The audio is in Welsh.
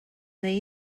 neu